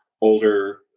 older